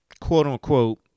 quote-unquote